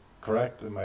correct